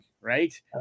right